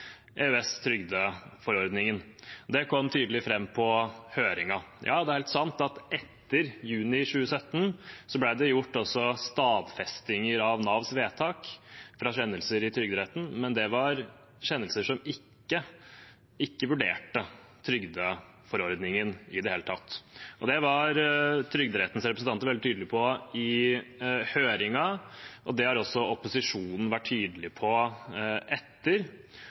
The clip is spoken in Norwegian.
det kom tydelig fram på høringen. Ja, det er helt sant at etter juni 2017 ble det også gjort stadfestinger av Navs vedtak fra kjennelser i Trygderetten, men det var kjennelser som ikke vurderte trygdeforordningen i det hele tatt. Det var Trygderettens representanter veldig tydelige på i høringen, og det har også opposisjonen vært tydelig på